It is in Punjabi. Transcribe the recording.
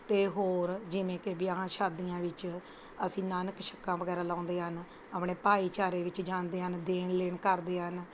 ਅਤੇ ਹੋਰ ਜਿਵੇਂ ਕਿ ਵਿਆਹਾਂ ਸ਼ਾਦੀਆਂ ਵਿੱਚ ਅਸੀਂ ਨਾਨਕ ਛੱਕਾਂ ਵਗੈਰਾ ਲਾਉਂਦੇ ਹਨ ਆਪਣੇ ਭਾਈਚਾਰੇ ਵਿੱਚ ਜਾਂਦੇ ਹਨ ਦੇਣ ਲੈਣ ਕਰਦੇ ਹਨ